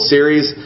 Series